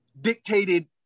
dictated